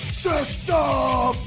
system